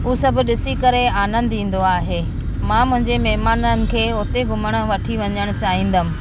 हू सभु ॾिसी करे आनंदु ईंदो आहे मां मुंहिंजे महिमाननि खे उते घुमण वठी वञणु चाहींदमि